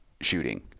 shooting